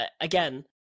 again